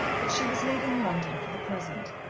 that she was leaving london for the present.